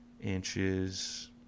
inches